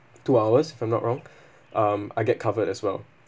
two hours if I'm not wrong um I get covered as well